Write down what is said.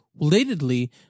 Relatedly